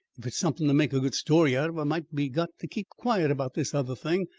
if it's somethin' to make a good story out of, i might be got to keep quiet about this other thing.